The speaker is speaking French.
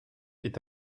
est